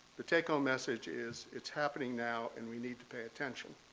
the take-home message is it's happening now and we need to pay attention.